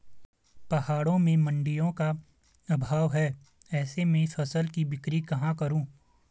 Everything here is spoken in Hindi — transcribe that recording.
पहाड़ों में मडिंयों का अभाव है ऐसे में फसल की बिक्री कहाँ करूँ?